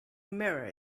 mirror